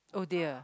oh dear